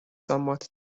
somewhat